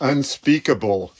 unspeakable